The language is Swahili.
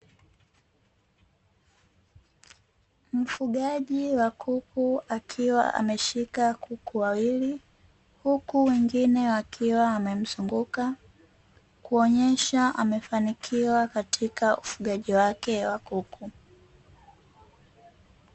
Mfugaji wa kuku akiwa ameshika kuku wawili, huku wengine wakiwa wamemzunguka kuonyesha amefanikiwa katika ufugaji wake wa kuku.